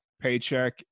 paycheck